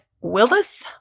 willis